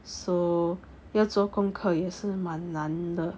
so 要做功课也是蛮难的